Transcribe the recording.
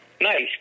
Nice